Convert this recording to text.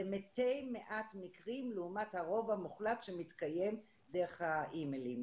זה מתי מעט מקרים לעומת הרוב המוחלט שמתקיים דרך אי-מיילים,